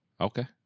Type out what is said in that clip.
Okay